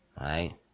right